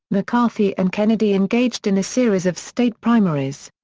mccarthy and kennedy engaged in a series of state primaries.